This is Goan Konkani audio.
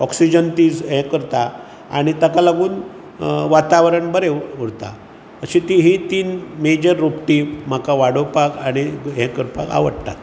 ऑक्सीजन ती हें करता आनी ताका लागून वातावरण बरें उर उरतां अशी ती ही तीन मेजर रोपटीं म्हाका वाडोवपाक आनी हें करपाक आवडटात